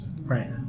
Right